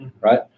right